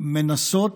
מנסים